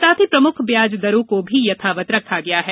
साथ ही प्रमुख ब्याज दरों को भी यथावत रखा गया है